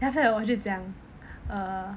then after that 我就讲 err